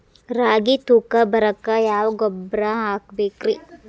ರಾಗಿ ತೂಕ ಬರಕ್ಕ ಯಾವ ಗೊಬ್ಬರ ಹಾಕಬೇಕ್ರಿ?